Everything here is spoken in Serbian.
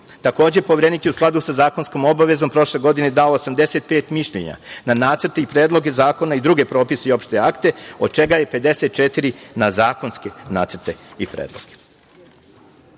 slično. Takođe, Poverenik u skladu sa zakonskom obavezom prošle godine dao 85 mišljenja na nacrte i predloge zakona i druge propise i opšte akte, od čega je 54 na zakonske nacrte i predloge. Na